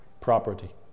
property